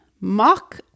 mock